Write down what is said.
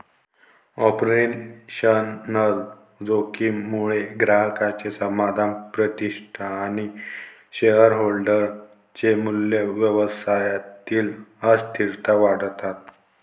operational जोखीम मुळे ग्राहकांचे समाधान, प्रतिष्ठा आणि शेअरहोल्डर चे मूल्य, व्यवसायातील अस्थिरता वाढतात